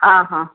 ହଁ ହଁ